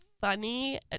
funny